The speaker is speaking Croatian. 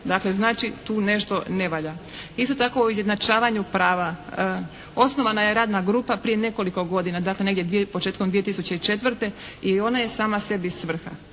Dakle, znači tu nešto ne valja. Isto tako u izjednačavanju prava. Osnovana je radna grupa prije nekoliko godina, početkom 2004. I ona je sama sebi svrha.